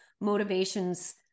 motivations